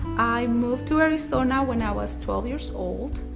i moved to arizona when i was twelve years old,